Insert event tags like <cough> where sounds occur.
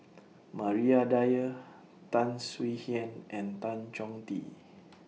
<noise> Maria Dyer Tan Swie Hian and Tan Chong Tee <noise>